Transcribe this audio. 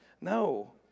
No